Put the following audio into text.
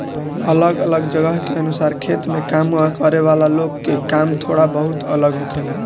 अलग अलग जगह के अनुसार खेत में काम करे वाला लोग के काम थोड़ा बहुत अलग होखेला